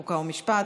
חוק ומשפט.